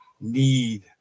need